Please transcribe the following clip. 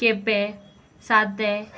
केपें सादें